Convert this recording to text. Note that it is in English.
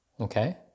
Okay